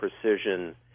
precision